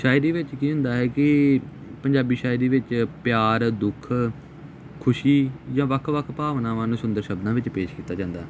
ਸ਼ਾਇਰੀ ਵਿੱਚ ਕੀ ਹੁੰਦਾ ਹੈ ਕਿ ਪੰਜਾਬੀ ਸ਼ਾਇਰੀ ਵਿੱਚ ਪਿਆਰ ਦੁੱਖ ਖੁਸ਼ੀ ਜਾਂ ਵੱਖ ਵੱਖ ਭਾਵਨਾਵਾਂ ਨੂੰ ਸੁੰਦਰ ਸ਼ਬਦਾਂ ਵਿੱਚ ਪੇਸ਼ ਕੀਤਾ ਜਾਂਦਾ